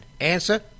Answer